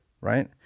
right